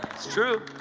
it's true.